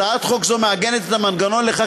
הצעת חוק זו מעגנת את המנגנון לכך,